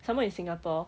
some more in singapore